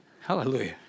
hallelujah